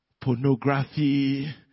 pornography